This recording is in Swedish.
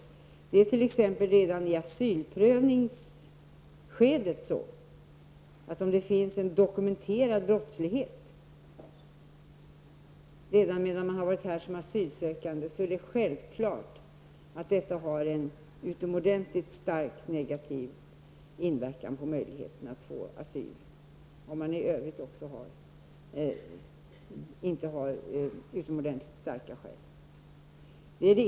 Om det t.ex. finns en dokumenterad brottslighet från en individs tid som asylsökande, har det vid asylprövningen en utomordentligt stark negativ inverkan på hans möjligheter att få asyl om han inte i övrigt har utomordentligt starka skäl.